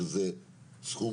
שזה סכום